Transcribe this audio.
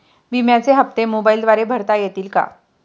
विम्याचे हप्ते मोबाइलद्वारे भरता येतील का?